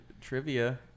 trivia